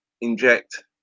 inject